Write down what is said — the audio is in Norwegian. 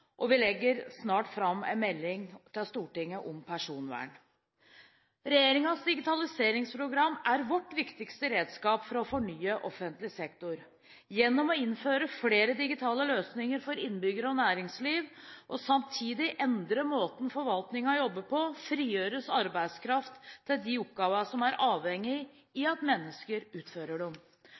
helsesektoren. Vi legger snart fram en melding til Stortinget om personvern. Regjeringens digitaliseringsprogram er vårt viktigste redskap for å fornye offentlig sektor. Gjennom å innføre flere digitale løsninger for innbyggere og næringsliv og samtidig endre måten forvaltningen jobber på, frigjøres arbeidskraft til de oppgavene som er avhengig av at mennesker utfører dem.